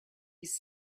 his